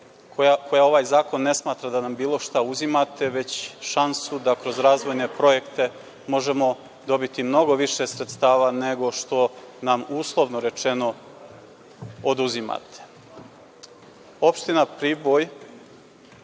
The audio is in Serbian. koja ovaj zakon ne smatra da nam bilo šta uzimate, već šansu da kroz razvojne projekte možemo dobiti mnogo više sredstava nego što nam uslovno rečeno oduzimate. Opština Priboj